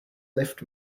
lift